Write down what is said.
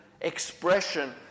expression